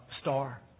star